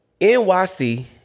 NYC